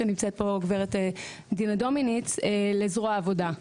שנמצאת פה גברת דינה דומניץ לזרוע העבודה.